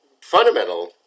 fundamental